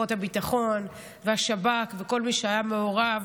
כוחות הביטחון ואת השב"כ וכל מי שהיה מעורב